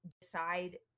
decide